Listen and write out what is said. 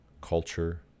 culture